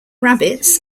rabbits